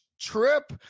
trip